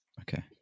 Okay